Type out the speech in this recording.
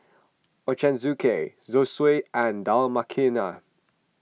Ochazuke Zosui and Dal Makhani